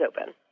open